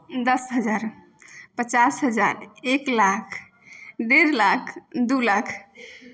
दस हजार पचास हजार एक लाख डेढ़ लाख दू लाख